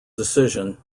decision